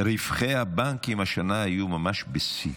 רווחי הבנקים השנה היו ממש בשיא.